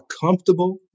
comfortable